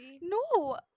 No